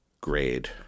grade